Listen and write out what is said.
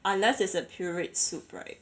unless it's a pureed soup right